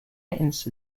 incidents